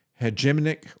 hegemonic